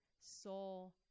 soul